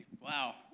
Wow